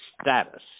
status